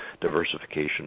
diversification